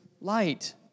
light